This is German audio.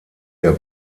der